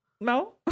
No